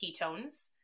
ketones